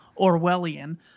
Orwellian